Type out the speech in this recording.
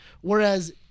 Whereas